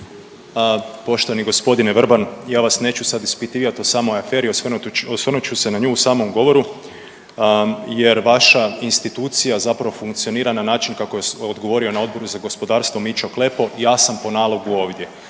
Poštovani gospodine Vrban ja vas neću sad ispitivati o samoj aferi, osvrnut ću se na nju u samom govoru jer vaša institucija zapravo funkcionira na način kako je odgovorio na Odboru za gospodarstvo Mićo Klepo, ja sam po nalogu ovdje.